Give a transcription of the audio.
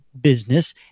business